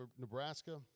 Nebraska